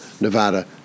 Nevada